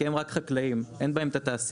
כי היום גם חקלאים אין להם תעשיה.